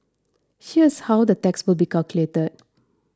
here's how the tax will be calculated